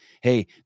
Hey